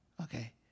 Okay